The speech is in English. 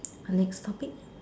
next topic